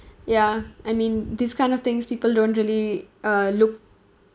ya I mean this kind of things people don't really uh look